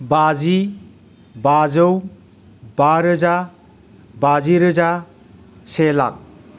बाजि बाजौ बा रोजा बाजि रोजा से लाख